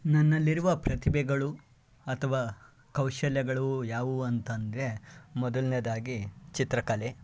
ನನ್ನಲ್ಲಿರುವ ಪ್ರತಿಭೆಗಳು ಅಥವಾ ಕೌಶಲ್ಯಗಳು ಯಾವುವು ಅಂತ ಅಂದರೆ ಮೊದಲನೇದಾಗಿ ಚಿತ್ರಕಲೆ